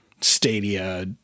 Stadia